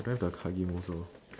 I don't have the card game also